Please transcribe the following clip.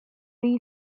rhy